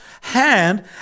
hand